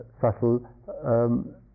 subtle